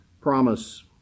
promise